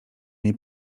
niej